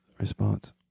response